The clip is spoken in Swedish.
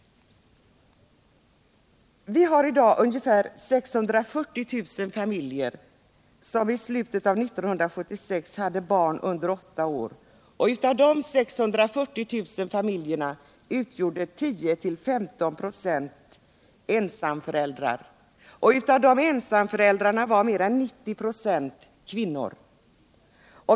Vi har i dag ungefär 640 000 tamilier som i slutet av år 1976 hade barn under åtta år. Av dessa 640 000 familjer utgjorde 10-135 26 ensamföriäldrar, och av ensamföräldrarna var mer än 90 25 kvinnor.